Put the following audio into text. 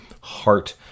Heart